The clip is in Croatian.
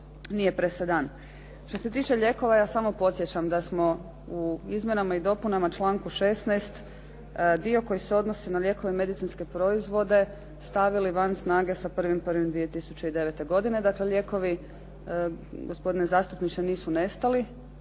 Što se tiče lijekova ja samo podsjećam da smo u izmjenama i dopunama članku 16. dio koji se odnosi na lijekove i medicinske proizvode stavili van snage sa 1.1.2009. godine. Dakle, lijekovi gospodine zastupniče nisu nestali.